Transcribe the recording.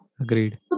agreed